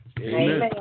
Amen